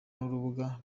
n’urubuga